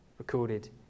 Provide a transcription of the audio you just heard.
recorded